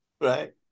Right